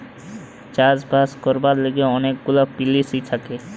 চাষ বাস করবার লিগে অনেক গুলা পলিসি থাকে